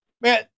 man